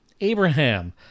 Abraham